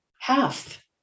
half